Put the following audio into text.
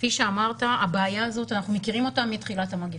כפי שאמרת הבעיה הזאת אנחנו מכירים אותה מתחילת המגיפה,